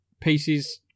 pieces